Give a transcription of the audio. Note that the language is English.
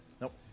Nope